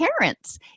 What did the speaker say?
parents